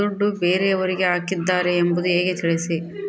ದುಡ್ಡು ಬೇರೆಯವರಿಗೆ ಹಾಕಿದ್ದಾರೆ ಎಂಬುದು ಹೇಗೆ ತಿಳಿಸಿ?